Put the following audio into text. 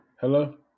Hello